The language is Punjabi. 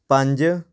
ਪੰਜ